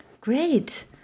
Great